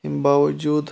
اَمہِ باوجوٗد